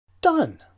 Done